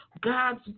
God's